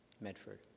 Medford